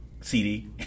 CD